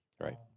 Right